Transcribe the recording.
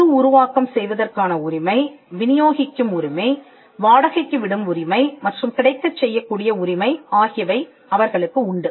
மறுஉருவாக்கம் செய்வதற்கான உரிமை வினியோகிக்கும் உரிமை வாடகைக்கு விடும் உரிமை மற்றும் கிடைக்கச் செய்ய கூடிய உரிமை ஆகியவை அவர்களுக்கு உண்டு